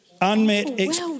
Unmet